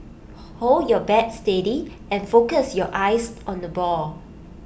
hold your bat steady and focus your eyes on the ball